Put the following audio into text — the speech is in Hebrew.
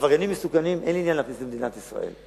עבריינים מסוכנים אין לי עניין להכניס למדינת ישראל.